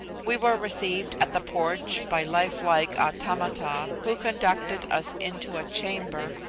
we were received at the porch by life-like automata, who conducted us into a chamber,